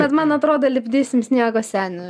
bet man atrodo lipdysim sniego senį